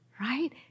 Right